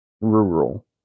Rural